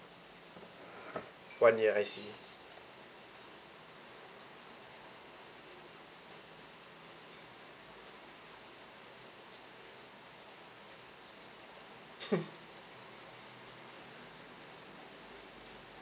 one year I see